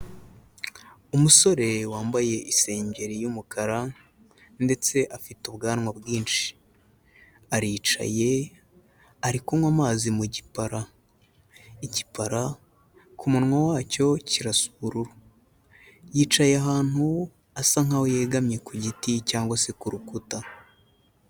Umusore wambaye isengeri y'umukara ndetse afite ubwanwa bwinshi, aricaye, ari kunywa amazi mu gipara, igipara ku munwa wacyo kirasa ubururu, yicaye ahantu asa nk'aho yegamye ku giti cyangwa se ku rukuta.